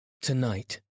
Tonight